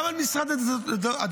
גם על משרד הדתות